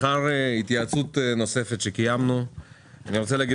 לאחר התייעצות גם עם